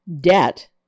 debt